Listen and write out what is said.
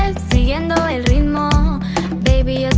and siguiendo el ritmo baby,